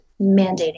mandating